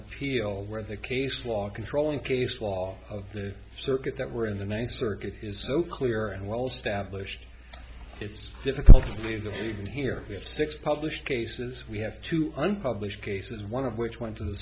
where the case law controlling case law of the circuit that were in the ninth circuit is over clear and well established it's difficult to believe that even here we have six published cases we have two unpublished cases one of which went to the